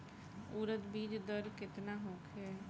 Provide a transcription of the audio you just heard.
उरद बीज दर केतना होखे?